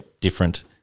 different